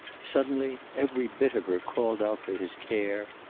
suddenly every bit of her called out for his care,